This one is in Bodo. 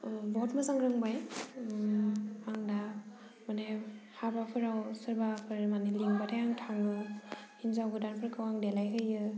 बहत मोजां रोंबाय ओमफ्राय दा माने हाबाफोराव सोरबा बरायनानै लिंबाथाय आं थाङो हिनजाव गोदानफोरखौ आं देलायहोयो